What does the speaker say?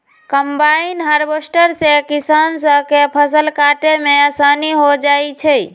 combine harvester से किसान स के फसल काटे में आसानी हो जाई छई